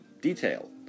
detail